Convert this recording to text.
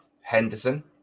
Henderson